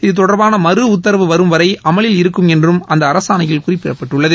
இத்தொடர்பாள மறுடத்தரவு வரும் வரை அமலில் இருக்கும் என்றும் அந்த அரசாணையில் குறிப்பிடப்பட்டுள்ளது